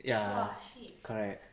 ya correct